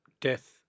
death